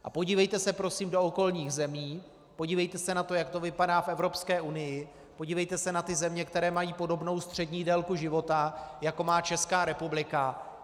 A podívejte se prosím do okolních zemí, podívejte se na to, jak to vypadá v Evropské unii, podívejte se na ty země, které mají podobnou střední délku života, jako má Česká republika.